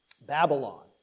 Babylon